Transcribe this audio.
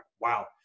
wow